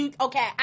okay